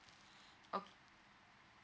okay